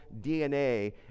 DNA